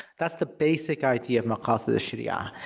that's the basic idea of maqasid al-shari'a.